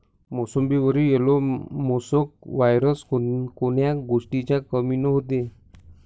मोसंबीवर yellow mosaic virus कोन्या गोष्टीच्या कमीनं होते?